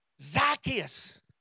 Zacchaeus